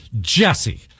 JESSE